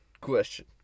Question